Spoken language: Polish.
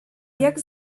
jak